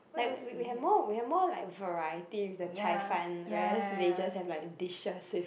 like we we have more we have more like variety with the 菜饭 whereas they just have like dishes with